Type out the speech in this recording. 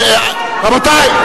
לא, רבותי.